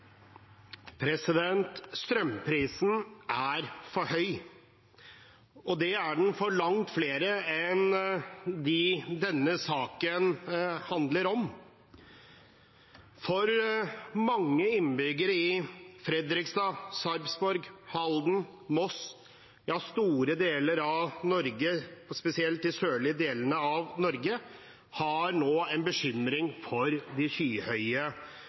for høy, og det er den for langt flere enn dem denne saken handler om. Mange innbyggere i Fredrikstad, Sarpsborg, Halden, Moss, ja, store deler av Norge, spesielt de sørlige delene, har nå en bekymring for de skyhøye